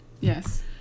Yes